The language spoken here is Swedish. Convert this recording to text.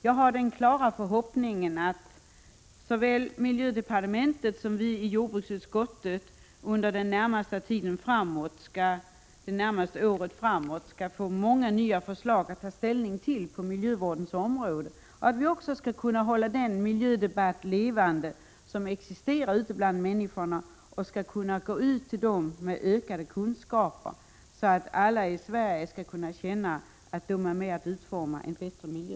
Jag har den klara förhoppningen att såväl miljödepartementet som vi i jordbruksutskottet under det närmaste året skall få många nya förslag att ta ställning till på miljövårdens område, att vi skall hålla den miljödebatt levande som existerar ute bland människorna och att vi skall kunna gå ut till dem med ökade kunskaper, så att alla i Sverige skall känna att de är med om att utforma en bättre miljö.